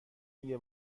میگه